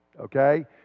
okay